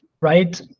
right